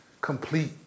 complete